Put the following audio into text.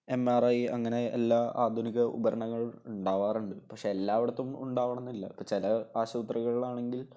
MRI അങ്ങനെയുള്ള ആധുനിക ഉപകരണങ്ങൾ ഉണ്ടാവാറുണ്ട് പക്ഷെ എല്ലായിടത്തും ഉണ്ടാകണമെന്നില്ല ചില ആശുപത്രികളിലാണെങ്കിൽ